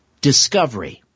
discovery